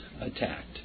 attacked